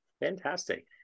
fantastic